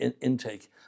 intake